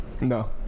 No